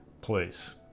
place